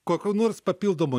kokių nors papildomų